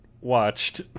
watched